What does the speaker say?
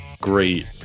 great